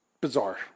bizarre